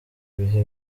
bihe